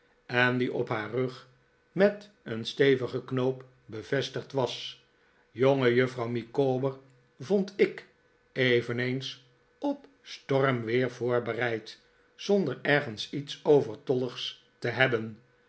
en die op haar rug met een stevigen knoop bevestigd was jongejuffrouw micawber vond ik eveneens op stormweer voorbereid zonder ergens iets overtolligs te hebben